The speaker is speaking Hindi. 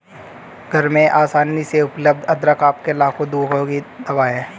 घर में आसानी से उपलब्ध अदरक आपके लाखों दुखों की दवा है